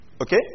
Okay